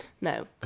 no